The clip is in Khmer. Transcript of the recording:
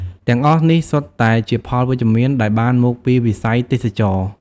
ទាំងអស់នេះសុទ្ធតែជាផលវិជ្ជមានដែលបានមកពីវិស័យទេសចរណ៍។